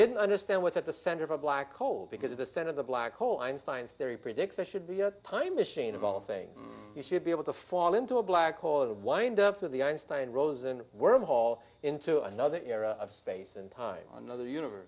didn't understand what's at the center of a black hole because of the center of the black hole einstein's theory predicts it should be a time machine of all things we should be able to fall into a black hole of wind up of the einstein rosen world hall into another era of space and time another universe